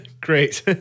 Great